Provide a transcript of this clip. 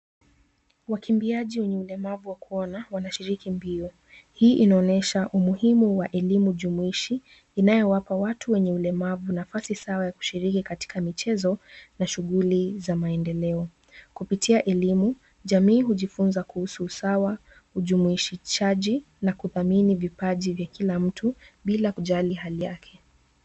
Wakimbiaji wenye ulemavu wa kuona wanashiriki mbio. Hii inaonyesha umuhimu wa elimu jumuishi, inayowapa watu wenye ulemavu nafasi sawa ya kushiriki kwenye michezo na shughui za maendeleo. Kupitia elimu, jamii hujifunza usawa, ujumuishaji na kudhamini vipaji vya kila mtu, bila kujali hali yake.